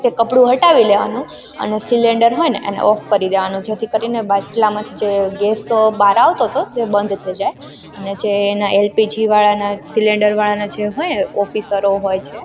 તે કપડું હટાવી લેવાનું અને સિલેન્ડર હોયને એને ઓફ કરી દેવાનું જેથી કરીને બાટલામાંથી જે ગેસ બહાર આવતો તો તે બંધ થઈ જાય અને જે એના એલપીજી વાળાના સિલિન્ડરવાળાનાં જે હોયને ઓફિસરો હોય છે